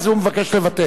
אז הוא מבקש לבטל.